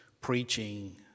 preaching